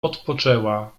odpoczęła